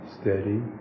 steady